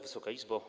Wysoka Izbo!